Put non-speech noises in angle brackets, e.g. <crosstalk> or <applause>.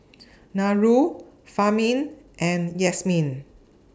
<noise> Nurul Fahmi and Yasmin